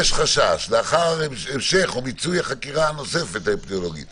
אם יש חשש לאחר המשך או מיצוי החקירה הנוספת האפידמיולוגית